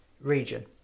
region